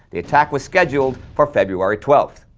the attack was scheduled for february twelfth.